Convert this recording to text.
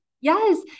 Yes